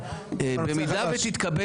במידה ותתקבל